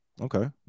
Okay